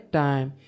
time